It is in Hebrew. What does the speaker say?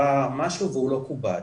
משהו והוא לא כובד,